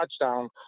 touchdown